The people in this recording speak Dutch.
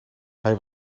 hij